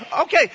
Okay